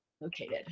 located